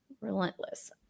Relentless